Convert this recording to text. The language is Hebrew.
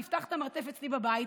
נפתח את המרתף אצלי בבית,